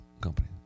company